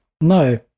No